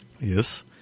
Yes